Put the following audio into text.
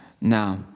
Now